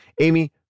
Amy